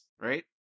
right